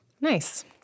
Nice